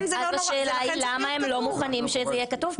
השאלה היא למה הם לא מוכנים שזה יהיה כתוב.